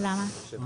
למה?